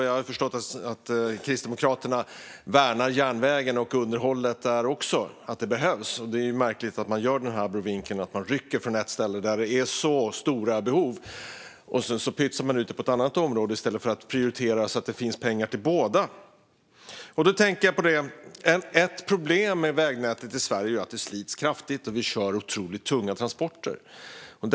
Jag har förstått att Kristdemokraterna värnar järnvägen och underhållet av den och menar att det behövs. Det är märkligt att man gör den här abrovinken att man rycker från ett ställe där det är så stora behov och pytsar ut det på ett annat område i stället för att prioritera så att det finns pengar till båda. Ett problem med vägnätet i Sverige är att det slits kraftigt och att det körs otroligt tunga transporter där.